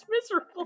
miserable